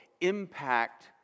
impact